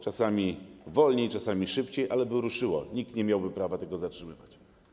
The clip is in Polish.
Czasami wolniej, czasami szybciej, ale by ruszyło, nikt nie miałby prawa tego zatrzymywać.